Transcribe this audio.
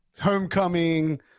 homecoming